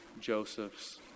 Joseph's